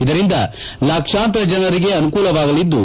ಇದರಿಂದ ಲಕ್ಷಾಂತರ ಜನರಿಗೆ ಅನುಕೂಲವಾಗಲಿದ್ದು